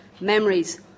memories